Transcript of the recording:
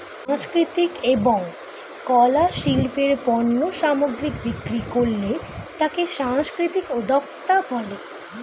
সাংস্কৃতিক এবং কলা শিল্পের পণ্য সামগ্রী বিক্রি করলে তাকে সাংস্কৃতিক উদ্যোক্তা বলে